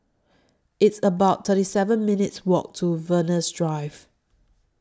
It's about thirty seven minutes' Walk to Venus Drive